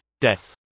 Death